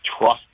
trust